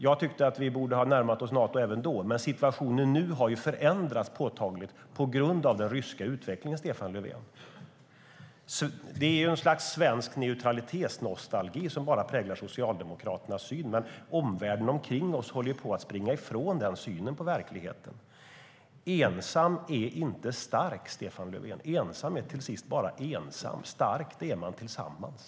Jag tyckte att vi borde ha närmat oss Nato även då. Men situationen nu har förändrats påtagligt på grund av den ryska utvecklingen, Stefan Löfven. Det är ett slags svensk neutralitetsnostalgi som bara präglar Socialdemokraternas syn. Men omvärlden håller på att springa ifrån den synen på verkligheten. Ensam är inte stark, Stefan Löfven. Ensam är till sist bara ensam. Stark är man tillsammans.